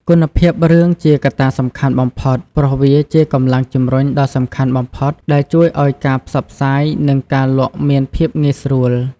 គុណភាពរឿងជាកត្តាសំខាន់បំផុត ព្រោះវាជាកម្លាំងជំរុញដ៏សំខាន់បំផុតដែលជួយឲ្យការផ្សព្វផ្សាយ និងការលក់មានភាពងាយស្រួល។